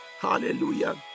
Hallelujah